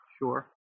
Sure